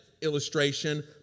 illustration